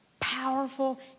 powerful